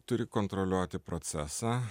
turi kontroliuoti procesą